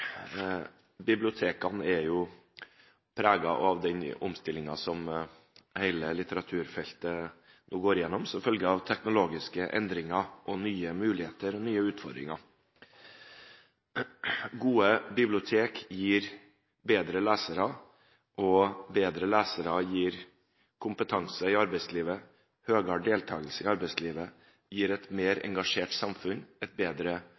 Bibliotekene er preget av den omstillingen som hele litteraturfeltet gjennomgår som følge av teknologiske endringer, nye muligheter og nye utfordringer. Gode bibliotek gir bedre lesere, og bedre lesere gir kompetanse i arbeidslivet. Høyere deltagelse i arbeidslivet gir et mer engasjert samfunn, et bedre